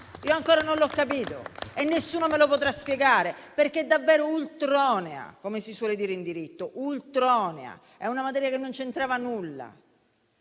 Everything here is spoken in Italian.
Io ancora non l'ho capito e nessuno me lo potrà spiegare, perché davvero è ultronea, come si suol dire in diritto, è una materia che non c'entrava nulla.